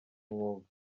umwuga